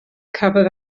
cafodd